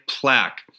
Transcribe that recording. plaque